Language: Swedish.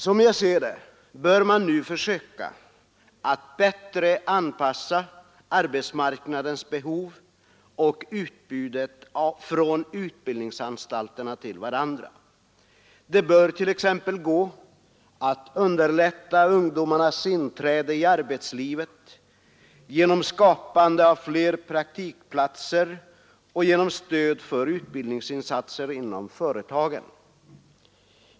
Som jag ser det bör man nu försöka att bättre anpassa arbetsmarknadens behov och utbudet från utbildningsanstalterna till varandra. Det bör t.ex. gå att underlätta ungdomarnas inträde i arbetslivet genom att skapa fler praktikplatser och genom att ge stöd för utbildningsinsatser inom företagen.